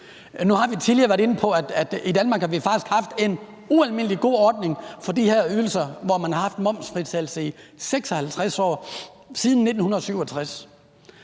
Nu har vi tidligere været inde på, at i Danmark har vi faktisk haft en ualmindelig god ordning for de her ydelser, hvor man har haft momsfritagelse i 56 år, siden 1967.